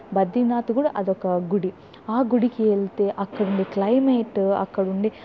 బద్రీనాథ్ కూడా అదొక గుడి ఆ గుడికి వెళ్తే అక్కడుండే క్లయిమేటు అక్కడ ఉండే